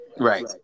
Right